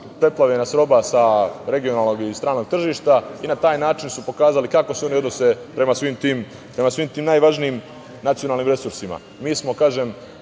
preplavi roba sa regionalnog ili stranog tržišta i na taj način su pokazali kako se oni odnose prema svim tim najvažnijim nacionalnim resursima. Kažem,